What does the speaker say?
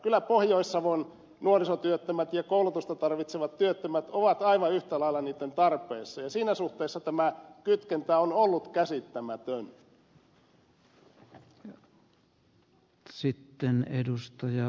kyllä pohjois savon nuorisotyöttömät ja koulutusta tarvitsevat työttömät ovat aivan yhtä lailla niitten tarpeessa ja siinä suhteessa tämä kytkentä on ollut käsittämätön